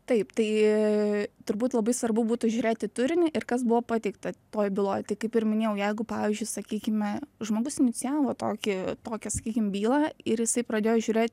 taip tai turbūt labai svarbu būtų žiūrėti į turinį ir kas buvo pateikta toj byloj tai kaip ir minėjau jeigu pavyzdžiui sakykime žmogus inicijavo tokį tokią sakykim bylą ir jisai pradėjo žiūrėt